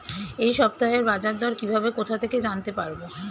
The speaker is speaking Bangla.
এই সপ্তাহের বাজারদর কিভাবে কোথা থেকে জানতে পারবো?